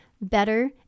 better